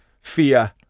fear